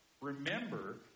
Remember